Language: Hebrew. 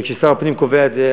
וכששר הפנים קובע את זה,